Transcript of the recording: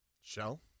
Shell